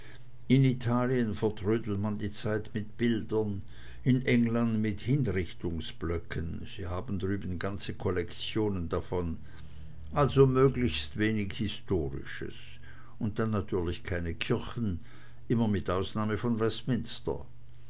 in italien vertrödelt man die zeit mit bildern in england mit hinrichtungsblöcken sie haben drüben ganze kollektionen davon also möglichst wenig historisches und dann natürlich keine kirchen immer mit ausnahme von westminster